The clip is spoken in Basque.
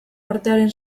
artearen